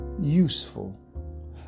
useful